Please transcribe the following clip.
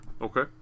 okay